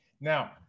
Now